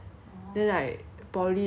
then like poly 也是